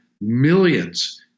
millions